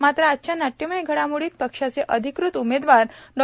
मात्र आजच्या नाट्यमय घडामोडीत पक्षाचे अधिकृत उमेदवार डॉ